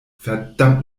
verdammt